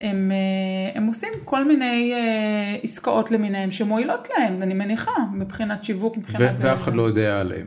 הם א... הם עושים כל מיני עסקאות למיניהם שמועילות להם, אני מניחה, מבחינת שיווק, ומבחינת... ואף אחד לא יודע עליהם.